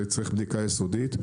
זה הצריך בדיקה יסודית,